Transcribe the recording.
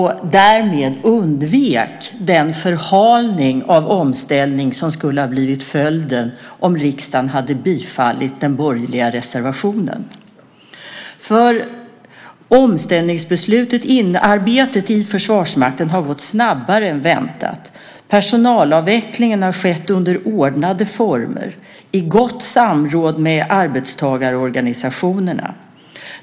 Därmed undveks den förhalning av omställningen som skulle ha blivit följden om riksdagen hade bifallit den borgerliga reservationen. Omställningsarbetet i Försvarsmakten har gått snabbare än väntat. Personalavvecklingen har skett under ordnade former i gott samråd med arbetstagarorganisationerna.